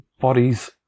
bodies